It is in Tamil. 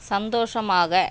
சந்தோஷமாக